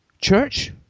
church